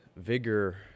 vigor